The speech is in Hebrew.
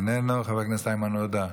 איננו, חבר הכנסת איימן עודה,